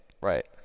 right